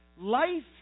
Life